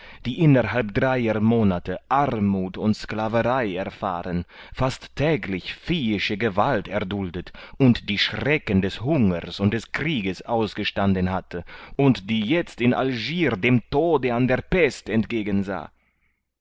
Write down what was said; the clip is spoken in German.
die innerhalb dreier monate armuth und sklaverei erfahren fast täglich viehische gewalt erduldet und die schrecken des hungers und des krieges ausgestanden hatte und die jetzt in algier dem tode an der pest entgegensah